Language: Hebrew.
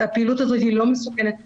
והפעילות הזו היא לא מסוכנת בכלל.